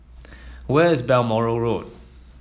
where is Balmoral Road